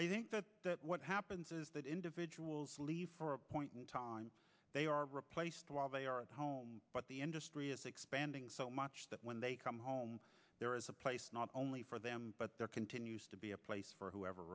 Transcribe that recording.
wanda what happens is that individuals leave for a point in time they are replaced while they are at home but the industry is expanding so much that when they come home there is a place not only for them but there continues to be a place for whoever